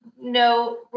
No